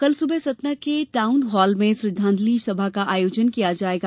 कल सुबह सतना के टाउन हॉल में श्रद्वांजलि सभा का आयोजन किया जायेगा